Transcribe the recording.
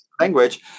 language